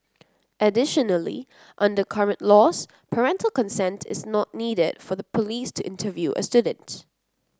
additionally under current laws parental consent is not needed for the police to interview a student